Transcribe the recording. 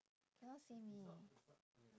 cannot see me